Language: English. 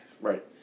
Right